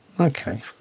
Okay